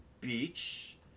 Beach